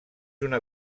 una